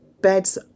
beds